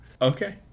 Okay